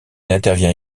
intervient